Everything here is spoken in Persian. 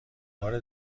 بار